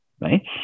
right